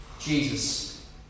Jesus